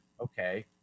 okay